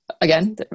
again